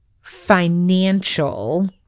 financial